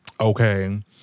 okay